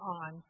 on